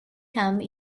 come